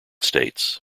states